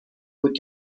بود